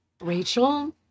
Rachel